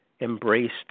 embraced